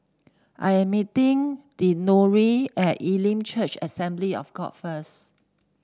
I am meeting Deondre at Elim Church Assembly of God first